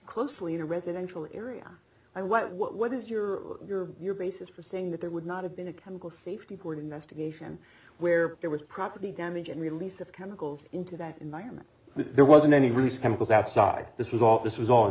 closely in a residential area i what what what is your your your basis for saying that there would not have been a chemical safety board investigation where there was property damage and release of chemicals into that environment there wasn't any release chemicals outside this was all this was all